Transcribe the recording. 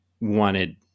wanted